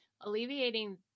alleviating